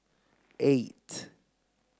eight